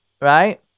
right